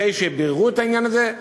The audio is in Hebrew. אחרי שביררו את העניין הזה,